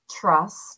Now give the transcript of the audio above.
trust